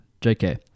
JK